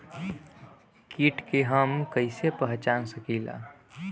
कीट के हम कईसे पहचान सकीला